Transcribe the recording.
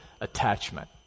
Attachment